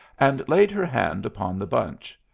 and laid her hand upon the bunch.